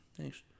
Thanks